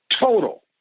Total